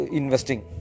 investing